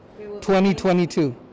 2022